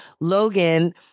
Logan